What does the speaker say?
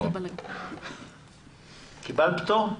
קיבלת פטור?